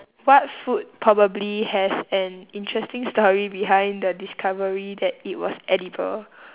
what food probably has an interesting story behind the discovery that it was edible